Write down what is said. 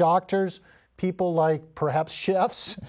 doctors people like perhaps chefs